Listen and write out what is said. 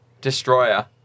Destroyer